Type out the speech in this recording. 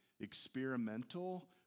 experimental